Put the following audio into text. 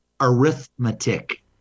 arithmetic